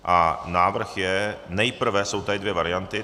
A návrh je nejprve jsou tady dvě varianty.